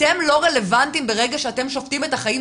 אתם לא רלוונטיים ברגע שאתם שופטים את החיים